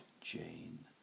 Jane